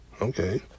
okay